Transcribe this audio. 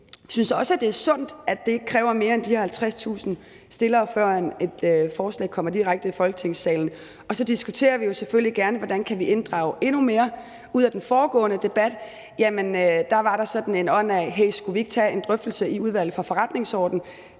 Vi synes også, det er sundt, at det ikke kræver mere end de her 50.000 støtter, før et forslag kommer direkte i Folketingssalen. Og så diskuterer vi selvfølgelig gerne, hvordan vi kan inddrage borgerne endnu mere. I den foregående debat var der sådan en ånd af åbenhed: Hey, skulle vi ikke tage en drøftelse i Udvalget for Forretningsordenen?